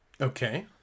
Okay